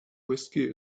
whiskey